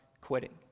quitting